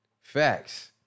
facts